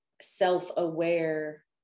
self-aware